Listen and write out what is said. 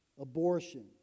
abortion